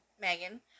Megan